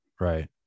Right